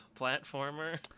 platformer